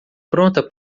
pronta